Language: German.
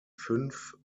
fünf